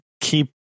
keep